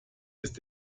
ist